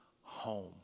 home